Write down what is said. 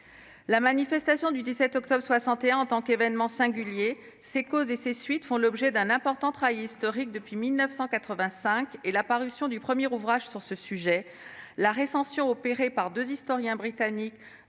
La manifestation du 17 octobre 1961 en tant qu'événement singulier, ses causes et ses suites font l'objet d'un important travail historique depuis 1985 et la parution du premier ouvrage sur ce sujet. La recension opérée par deux historiens britanniques